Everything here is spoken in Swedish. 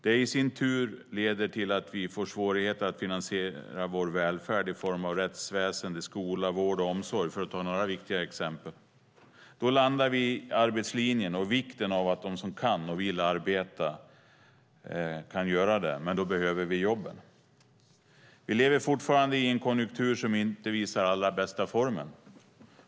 Det i sin tur leder till att vi får svårigheter att finansiera vår välfärd i form av rättsväsen, skola, vård och omsorg, för att ta några viktiga exempel. Då landar vi i arbetslinjen och vikten av att de som kan och vill arbeta kan göra det. Men då behöver vi jobben. Vi lever fortfarande i en konjunktur som inte visar allra bästa formen.